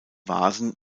vasen